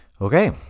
Okay